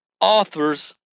authors